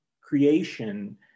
creation